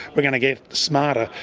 we're going to get smarter,